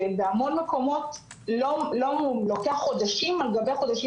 בהמון מקומות לוקח חודשים על חודשים